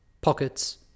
pockets